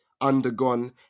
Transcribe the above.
undergone